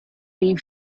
این